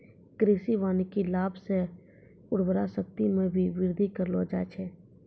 कृषि वानिकी लाभ से उर्वरा शक्ति मे भी बृद्धि करलो जाय छै